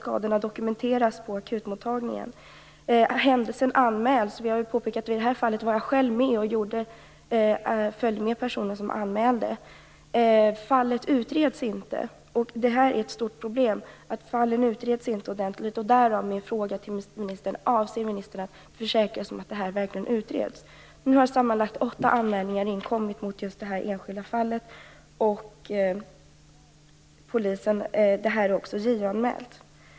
Skadorna dokumenteras på akutmottagningen. Händelsen anmäls - jag vill påpeka att i det här fallet var jag själv med och följde med den person som gjorde anmälan - men fallet utreds inte. Det här är ett stort problem. Fallen utreds inte ordentligt. Det var därför jag ville fråga ministern: Avser ministern att försäkra sig om att det här verkligen utreds? Nu har sammanlagt åtta anmälningar inkommit mot just det här enskilda fallet, och det är också JO anmält.